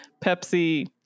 Pepsi